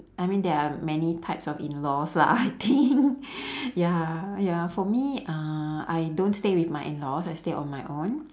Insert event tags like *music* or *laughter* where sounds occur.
I mean there are many types of in laws lah I think *laughs* *breath* ya ya for me uh I don't stay with my in laws I stay on my own